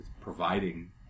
providing